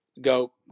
go